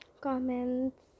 comments